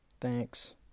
thanks